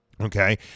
Okay